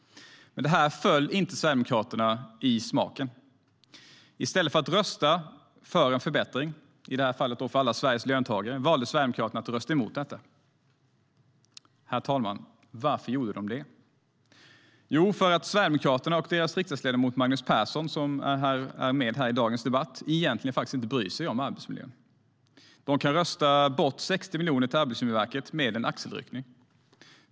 Men det föll inte Sverigedemokraterna i smaken. I stället för att rösta för en förbättring, i det här fallet för Sveriges alla löntagare, valde Sverigedemokraterna att rösta emot detta. Herr talman! Varför gjorde de det? Jo, för att Sverigedemokraterna och deras riksdagsledamot Magnus Persson, som är med i dagens debatt, egentligen inte bryr sig om arbetsmiljön. De kan rösta bort 60 miljoner till Arbetsmiljöverket med en axelryckning.